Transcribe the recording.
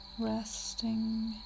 Resting